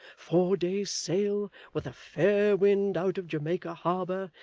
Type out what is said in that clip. four days' sail with a fair wind out of jamaica harbour,